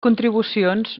contribucions